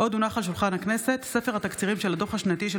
עוד הונח על שולחן הכנסת ספר התקצירים של הדוח השנתי של